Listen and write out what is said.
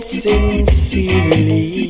sincerely